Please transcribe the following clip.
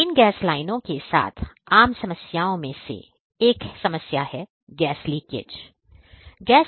तो इन गैस लाइनों के साथ आम समस्याओं में से एक गैस लीकेज हैं